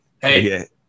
Hey